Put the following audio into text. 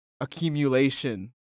accumulation